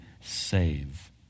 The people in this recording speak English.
save